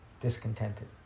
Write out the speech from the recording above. discontented